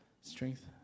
strength